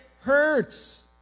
hurts